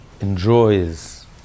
enjoys